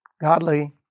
godly